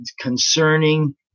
concerning